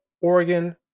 Oregon